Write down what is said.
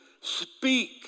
speak